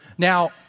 Now